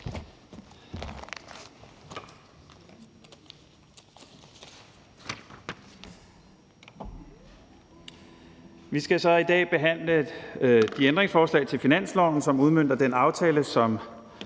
Vi skal så i dag behandle de ændringsforslag til finansloven, som udmønter den aftale, som